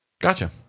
Gotcha